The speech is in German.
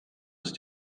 ist